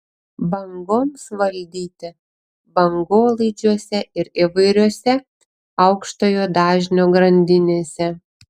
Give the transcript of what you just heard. bangoms valdyti bangolaidžiuose ir įvairiose aukštojo dažnio grandinėse